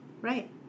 right